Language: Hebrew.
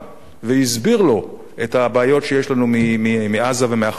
והסביר לו את הבעיות שיש לנו מעזה ומה"חמאס",